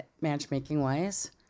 matchmaking-wise